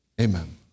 amen